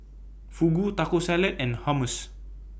Fugu Taco Salad and Hummus